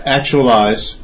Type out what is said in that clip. actualize